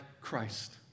Christ